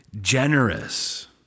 generous